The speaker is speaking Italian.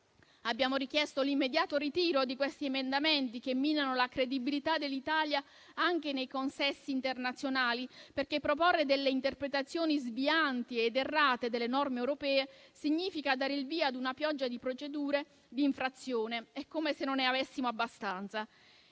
Abbiamo richiesto l'immediato ritiro di questi emendamenti, che minano la credibilità dell'Italia anche nei consessi internazionali, perché proporre delle interpretazioni svianti ed errate delle norme europee significa dare il via a una pioggia di procedure di infrazione, come se non ne avessimo abbastanza.